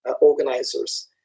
organizers